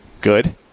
Good